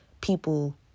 people